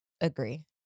Agree